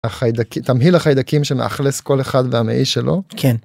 החיידקי… תמהיל החיידקים שמאכלס כל אחד והמעי שלו, כן.